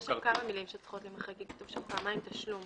יש שם כמה מילים שצריכות להימחק כי כתוב שם פעמיים "תשלום".